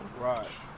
Right